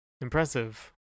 impressive